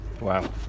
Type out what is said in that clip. Wow